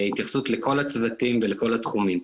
התייחסות לכל הצוותים ולכל התחומים.